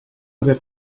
haver